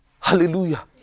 Hallelujah